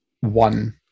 one